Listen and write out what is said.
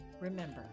remember